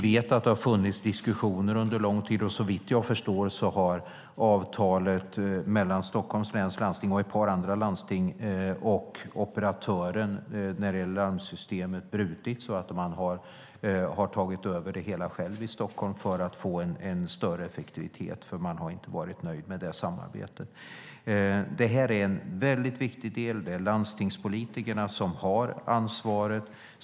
Det har funnits diskussioner under lång tid, och såvitt jag förstår har avtalet mellan Stockholms läns landsting, ett par andra landsting och operatören när det gäller larmsystemet brutits. Man har tagit över det hela själv i Stockholm för att få en större effektivitet eftersom man inte har varit nöjd med samarbetet. Ambulanssjukvården är en mycket viktig del, och det är landstingspolitikerna som har ansvaret.